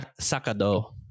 sacado